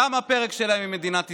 תם הפרק שלהם עם מדינת ישראל.